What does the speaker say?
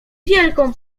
wielką